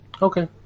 Okay